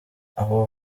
abo